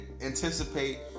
anticipate